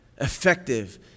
effective